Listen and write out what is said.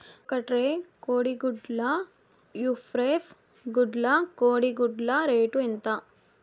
ఒక ట్రే కోడిగుడ్లు ముప్పై గుడ్లు కోడి గుడ్ల రేటు ఎంత?